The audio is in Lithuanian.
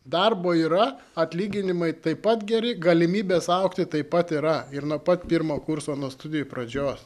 darbo yra atlyginimai taip pat geri galimybės augti taip pat yra ir nuo pat pirmo kurso nuo studijų pradžios